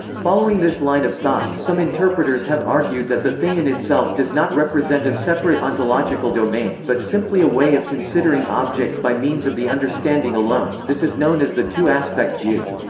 following this line of thought, some interpreters have argued that the thing in itself does not represent a separate ontological domain but simply a way of considering objects by means of the understanding alone this is known as the two-aspect view.